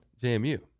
JMU